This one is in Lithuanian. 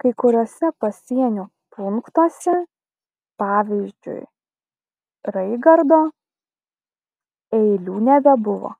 kai kuriuose pasienio punktuose pavyzdžiui raigardo eilių nebebuvo